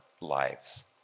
lives